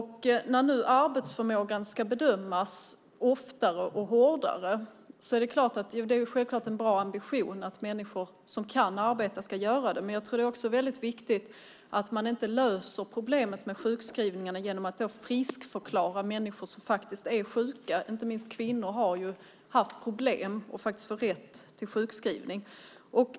Nu ska arbetsförmågan bedömas oftare och hårdare. Det är en bra ambition att människor som kan arbeta ska göra det. Men det är viktigt att man inte löser problemet med sjukskrivningarna genom att friskförklara människor som är sjuka. Inte minst kvinnor har haft problem att få rätt till sjukskrivning.